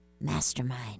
mastermind